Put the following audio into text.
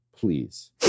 please